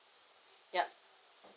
yup